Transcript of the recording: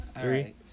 three